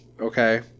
okay